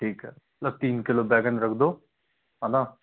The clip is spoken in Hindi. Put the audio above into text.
ठीक है तीन किलो बैंगन रख दो है ना